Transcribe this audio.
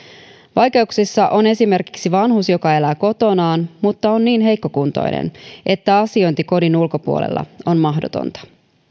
vaikeuksissa on esimerkiksi vanhus joka elää kotonaan mutta on niin heikkokuntoinen että asiointi kodin ulkopuolella on mahdotonta